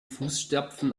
fußstapfen